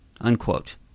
unquote